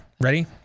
ready